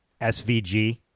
SVG